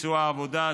ביצוע עבודה,